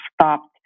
stopped